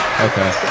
Okay